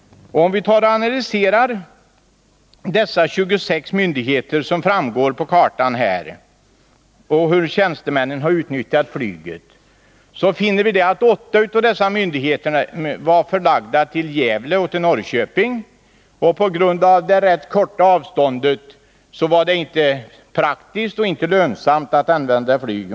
Om vi analyserar dessa 26 myndigheter som här syns på kartan och hur tjänstemännen har utnyttjat flyget, finner vi att 8 av dessa myndigheter var förlagda till Gävle och till Norrköping och att det på grund av det korta avståndet inte var praktiskt eller lönsamt att använda flyget.